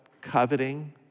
coveting